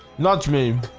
not me